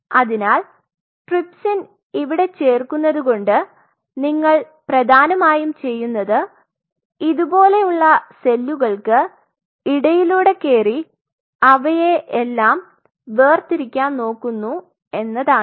അതിനാൽ ട്രിപ്സിൻ ഇവിടെ ചേർക്കുന്നതുകൊണ്ട് നിങ്ങൾ പ്രധാനമായും ചെയ്യുന്നത് ഇതുപോലെയുള്ള സെല്ലുകൽക് ഇടയിലൂടെ കേറി അവയെ എല്ലാം വേർതിരിക്കാൻ നോക്കുന്നു എന്നാണ്